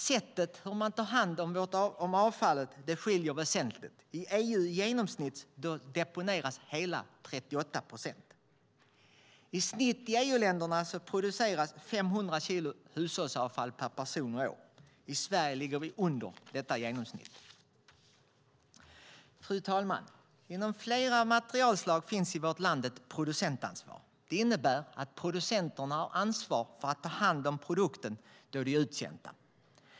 Sättet att ta hand om avfall skiljer sig dock väsentligt: I EU deponeras i genomsnitt hela 38 procent, och i snitt i EU-länderna produceras 500 kilo hushållsavfall per person och år. I Sverige ligger vi under detta genomsnitt. Fru talman! Inom flera materialslag finns i vårt land ett producentansvar. Det innebär att producenterna har ansvar för att ta hand om produkterna då de är uttjänta.